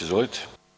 Izvolite.